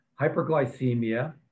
hyperglycemia